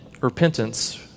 repentance